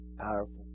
Powerful